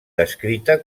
descrita